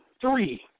three